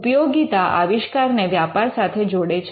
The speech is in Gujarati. ઉપયોગીતા આવિષ્કારને વ્યાપાર સાથે જોડે છે